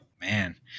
Man